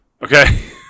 Okay